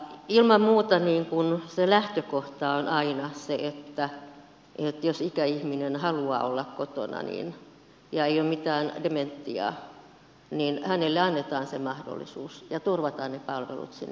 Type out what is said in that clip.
ilman muuta se lähtökohta on aina se että jos ikäihminen haluaa olla kotona ja ei ole mitään dementiaa niin hänelle annetaan se mahdollisuus ja turvataan ne palvelut sinne kotiin